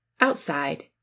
Outside